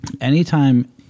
Anytime